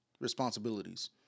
Responsibilities